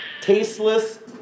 tasteless